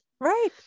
right